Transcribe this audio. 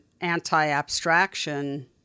anti-abstraction